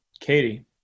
Katie